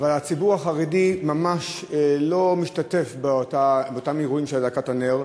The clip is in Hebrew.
אבל הציבור החרדי ממש לא משתתף באותם אירועים של הדלקת הנר,